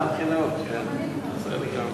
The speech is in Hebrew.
התרבות והספורט נתקבלה.